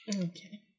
okay